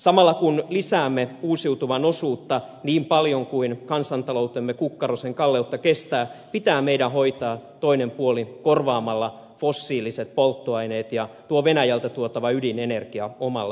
samalla kun lisäämme uusiutuvan osuutta niin paljon kuin kansantaloutemme kukkaro sen kalleutta kestää pitää meidän hoitaa toinen puoli korvaamalla fossiiliset polttoaineet ja tuo venäjältä tuotava ydinenergia omalla tuotannolla